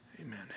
amen